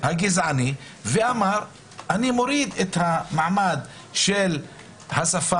הגזעני ואמר: אני מוריד את המעמד של השפה